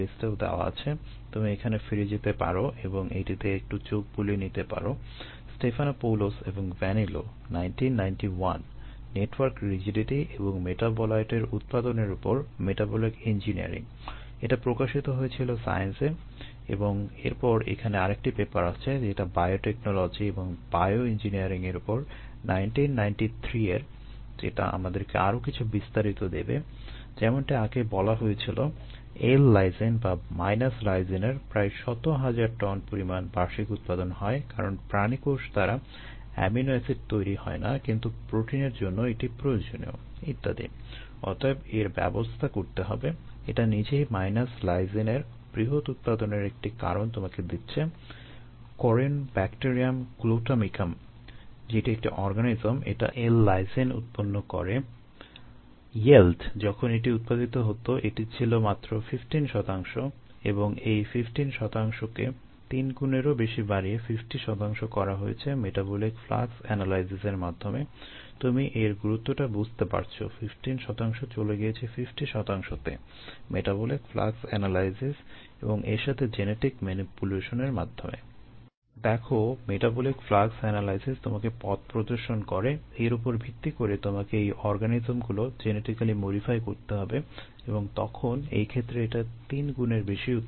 দেখো metabolic flux analysis তোমাকে পথ প্রর্দশন করে এর উপর ভিত্তি করে তোমাকে এই অর্গানিজমগুলো জেনেটিক্যালি মডিফাই করতে হবে এবং তখন এই ক্ষেত্রে এটা 3 গুণের বেশি উৎপাদন করে